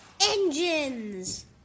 engines